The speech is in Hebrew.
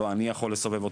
לא אני יכול לסובב אותך,